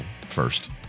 first